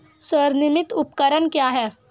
स्वनिर्मित उपकरण क्या है?